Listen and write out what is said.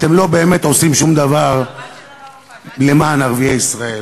אתם באמת לא עושים שום דבר למען ערביי ישראל,